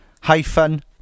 hyphen